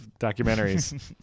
documentaries